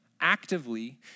actively